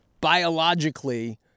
biologically